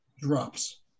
drops